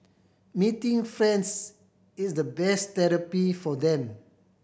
meeting friends is the best therapy for them